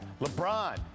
LeBron